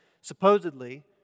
supposedly